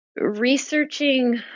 Researching